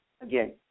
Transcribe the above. again